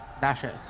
Dashes